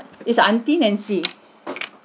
it's aunty nancy